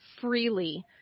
freely